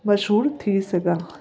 मशहूरु थी सघां